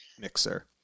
mixer